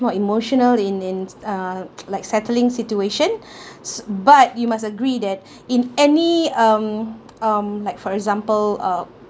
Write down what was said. more emotional in in uh like settling situation but you must agree that in any um um like for example uh